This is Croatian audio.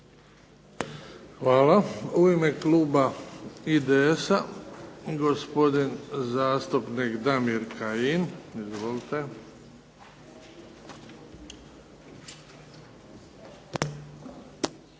Hvala. U ime Kluba IDS-a gospodin zastupnik Damir Kajin. **Kajin,